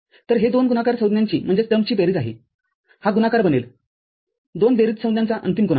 तर हे दोन गुणाकार संज्ञांचीबेरीज आहेहा गुणाकार बनेल दोन बेरीज संज्ञांचा अंतिम गुणाकार